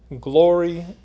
glory